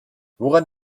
woran